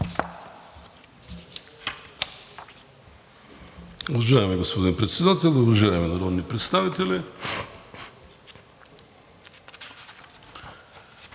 Уважаеми господин Председател, уважаеми народни представители!